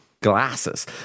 glasses